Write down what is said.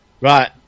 Right